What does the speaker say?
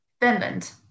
Finland